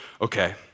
okay